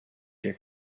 che